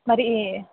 మరి